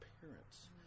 parents